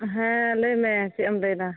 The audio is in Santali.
ᱦᱮᱸ ᱞᱟᱹᱭ ᱢᱮ ᱪᱮᱫ ᱮᱢ ᱞᱟᱹᱭᱮᱫᱟ